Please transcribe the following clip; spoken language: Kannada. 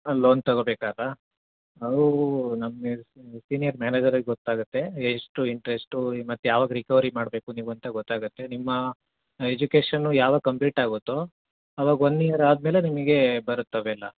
ಲೋನ್ ತಗೋ ಬೇಕಾದ್ರೆ ನಾವು ನಮ್ಮ ಸೀನಿಯರ್ ಮ್ಯಾನೇಜರಿಗೆ ಗೊತ್ತಾಗುತ್ತೆ ಎಷ್ಟು ಇಂಟ್ರೆಸ್ಟು ಮತ್ತು ಯಾವಾಗ ರಿಕವರಿ ಮಾಡಬೇಕು ನೀವು ಅಂತ ಗೊತ್ತಾಗುತ್ತೆ ನಿಮ್ಮ ಎಜುಕೇಶನ್ನು ಯಾವಾಗ ಕಂಪ್ಲೀಟ್ ಆಗುತ್ತೋ ಅವಾಗ ಒನ್ ಇಯರ್ ಆದಮೇಲೆ ನಿಮಗೇ ಬರುತ್ತೆ ಅವೆಲ್ಲ